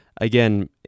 Again